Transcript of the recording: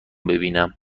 ببینم